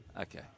Okay